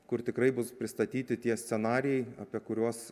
kur tikrai bus pristatyti tie scenarijai apie kuriuos